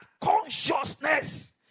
consciousness